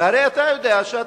הרי אתה יודע שאתם,